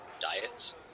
diets